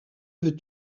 veux